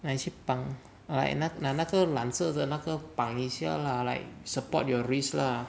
拿去绑来拿那个蓝色的那个绑一下 lah like support your wrist lah